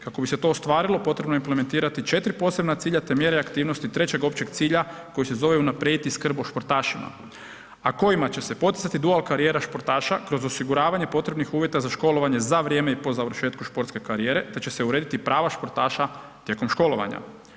Kako bi se to ostvarilo, potrebno je implementirati 4 posebna cilja te mjere aktivnosti trećeg općeg cilja koji se zove unaprijediti skrb o športašima, a kojima će se poticati dual karijera športaša kroz osiguravanje potrebnih uvjeta za školovanje za vrijeme i po završetku športske karijere te će se urediti prava športaša tijekom školovanja.